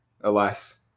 alas